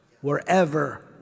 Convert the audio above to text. wherever